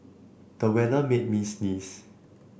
the weather made me sneeze